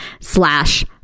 slash